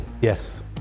Yes